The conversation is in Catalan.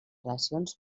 relacions